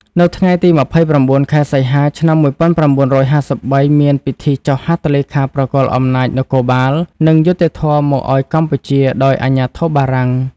នៅថ្ងៃទី ២៩ ខែសីហា ឆ្នាំ ១៩៥៣ មានពិធីចុះហត្ថលេខាប្រគល់អំណាចនគរបាល និងយុត្តិធម៌មកឱ្យកម្ពុជាដោយអាជ្ញាធរបារាំង។